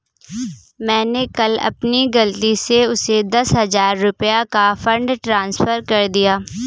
मैंने कल अपनी गलती से उसे दस हजार रुपया का फ़ंड ट्रांस्फर कर दिया